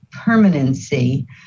permanency